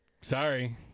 Sorry